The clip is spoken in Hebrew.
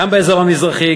גם באזור המזרחי,